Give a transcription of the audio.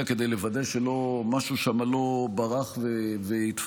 כדי לוודא שמשהו שם לא ברח והתפספס.